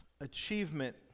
achievement